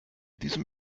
diesem